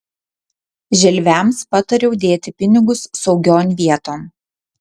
želviams patariau dėti pinigus saugion vieton